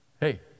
Hey